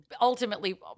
ultimately